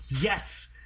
Yes